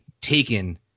taken